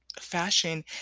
fashion